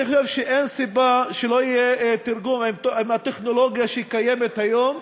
סיבה שלא יהיה תרגום, עם הטכנולוגיה שקיימת היום,